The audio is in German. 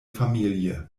familie